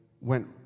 went